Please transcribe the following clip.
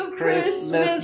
Christmas